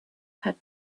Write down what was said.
had